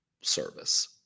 service